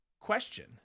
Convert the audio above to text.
question